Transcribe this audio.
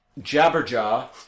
Jabberjaw